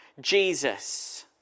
Jesus